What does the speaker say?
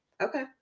Okay